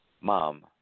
Mom